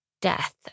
death